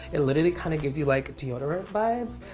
it literally kind of gives you like deodorant vibes.